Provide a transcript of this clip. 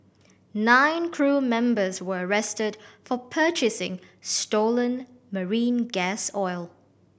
nine crew members were arrested for purchasing stolen marine gas oil